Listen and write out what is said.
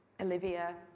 Olivia